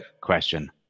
question